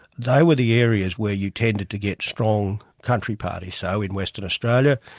they were the areas where you tended to get strong country parties. so in western australia,